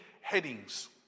headings